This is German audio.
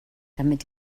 damit